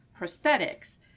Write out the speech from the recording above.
prosthetics